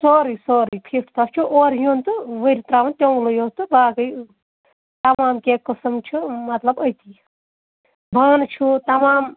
سورُے سورُے فٹ تۄہہِ چھُو اورٕ یُن تہٕ وُرِ ترٛاوُن تیٚنگلٕے یوت تہٕ باقٕے تَمام کیٚنٛہہ قسٕم چھِ مطلب أتی بانہٕ چھُو تَمام